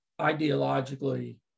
ideologically